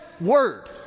word